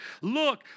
Look